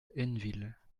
hainneville